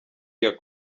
iya